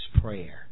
prayer